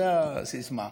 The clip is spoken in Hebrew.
זו הסיסמה.